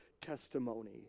testimony